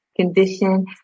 Condition